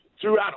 Throughout